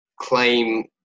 claim